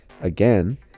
Again